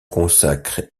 consacre